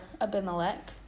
Abimelech